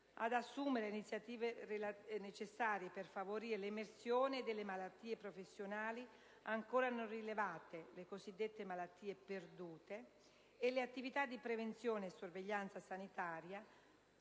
ad assumere le iniziative necessarie per favorire l'emersione delle malattie professionali ancora non rilevate (le cosiddette malattie perdute) e le attività di prevenzione e sorveglianza sanitaria,